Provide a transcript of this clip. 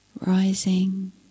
rising